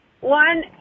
One